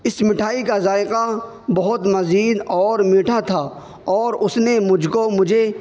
اس مٹھائی کا ذائقہ بہت لذیذ اور میٹھا تھا اور اس نے مجھ کو مجھے